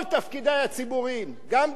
כל תפקידי הציבוריים, גם ברעננה,